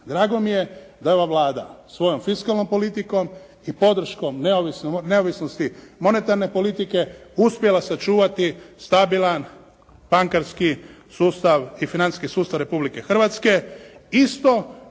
Drago mi je da je ova Vlada svojom fiskalnom politikom i podrškom neovisnosti monetarne politike uspjela sačuvati stabilan bankarski sustav i financijski sustav Republike Hrvatske